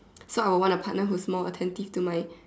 so I would want a partner who is more attentive to my